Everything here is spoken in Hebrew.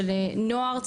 של נוער,